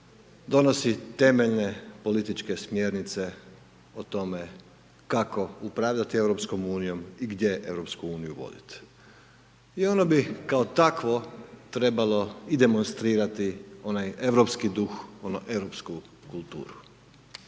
Donosi temeljne političke smjernice o tome kako upravljati Europskom unijom i gdje Europsku uniju voditi. I ono bi kao takvo trebalo demonstrirati onaj europski duh, onu europsku kulturu.